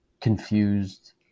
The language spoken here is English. confused